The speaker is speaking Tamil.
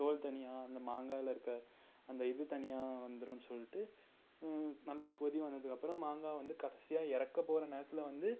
தோல் தனியாக அந்த மாங்காவில இருக்க அந்த இது தனியாக வந்துருனு சொல்லிட்டு நல்லா கொதி வந்ததுக்கப்புறோம் மாங்காய் வந்து கடைசியாக இறக்கப் போகற நேரத்தில் வந்து